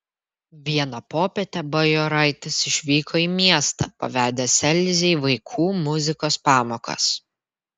vieną popietę bajoraitis išvyko į miestą pavedęs elzei vaikų muzikos pamokas